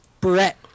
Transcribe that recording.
Brett